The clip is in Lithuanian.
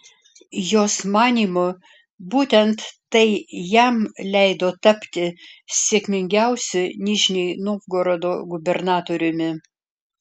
jos manymu būtent tai jam leido tapti sėkmingiausiu nižnij novgorodo gubernatoriumi